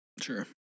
Sure